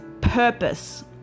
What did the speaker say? purpose